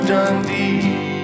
Dundee